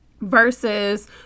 versus